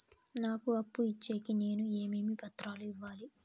నాకు అప్పు ఇచ్చేకి నేను ఏమేమి పత్రాలు ఇవ్వాలి